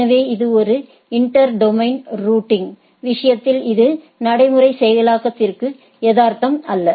எனவே இது ஒரு இன்டெர் டொமைன் ரூட்டிங் விஷயத்தில் இது நடைமுறைச் செயலாக்கத்திற்கும் யதார்த்தமானதல்ல